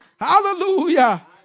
hallelujah